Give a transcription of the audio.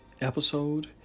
episode